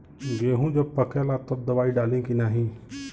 गेहूँ जब पकेला तब दवाई डाली की नाही?